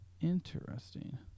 interesting